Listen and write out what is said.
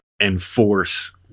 enforce